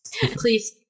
Please